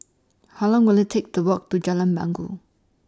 How Long Will IT Take to Walk to Jalan Bangau